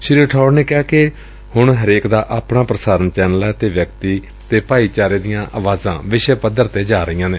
ਸ੍ਰੀ ਰਠੌੜ ਨੇ ਕਿਹਾ ਕਿ ਹਣ ਹਰੇਕ ਦਾ ਆਪਣਾ ਪੁਸਾਰਣ ਚੈਨਲ ਏ ਅਤੇ ਵਿਅਕਤੀ ਤੇ ਭਾਈਚਾਰੇ ਦੀਆਂ ਆਵਾਜਾਂ ਵਿਸ਼ਵ ਪੱਧਰ ਤੇ ਜਾ ਰਹੀਆਂ ਨੇ